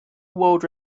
world